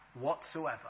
whatsoever